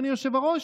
אדוני היושב-ראש?